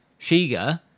Shiga